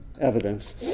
evidence